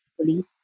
Police